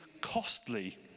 costly